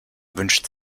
wünscht